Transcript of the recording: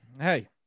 Hey